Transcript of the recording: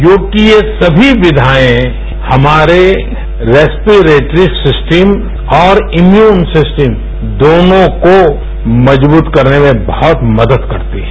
योग की ये सभी विधाएं हमारे रेस्पेरेट्री सिस्टम और इम्यूनिटी सिस्टम दोनों को मजबूत करने में बह्वत मदद करता है